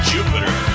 Jupiter